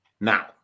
Now